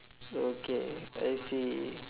okay I see